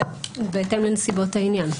בהתאם לנסיבות העניין.